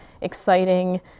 exciting